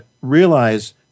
realize